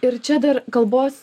ir čia dar kalbos